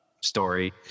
story